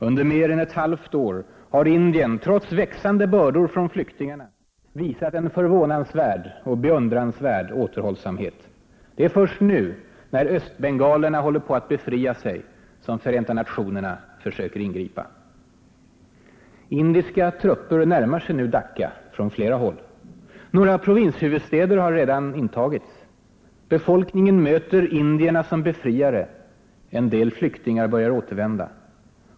Under mer än ett halvt år har Indien, trots växande bördor från flyktingarna, visat en förvånansvärd och beundransvärd återhållsamhet. Det är först när östbengalerna håller på att befria sig som Förenta nationerna försöker ingripa. Indiska trupper närmar sig nu Dacca från flera håll. Några provinshuvudstäder har redan intagits. Befolkningen bemöter indierna som befriare. En del flyktingar börjar återvända.